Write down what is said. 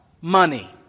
Money